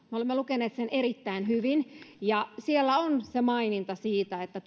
me olemme lukeneet sen erittäin hyvin siellä on maininta siitä että